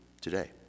today